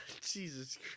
Jesus